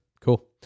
Cool